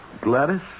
Gladys